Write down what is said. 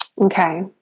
Okay